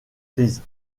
grises